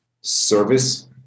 service